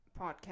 podcast